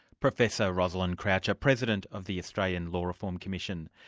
professor rosalind croucher, president of the australian law reform commission.